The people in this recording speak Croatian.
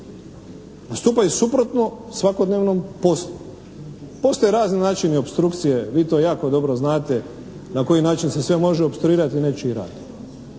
Postupaju suprotno svakodnevnom poslu. Postoje razni načini opstrukcije, vi to jako dobro znate, na koji način se sve može opstruirati nečiji rad.